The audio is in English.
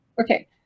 Okay